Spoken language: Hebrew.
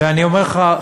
ואני אומר לך,